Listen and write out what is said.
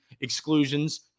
exclusions